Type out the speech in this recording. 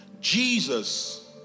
Jesus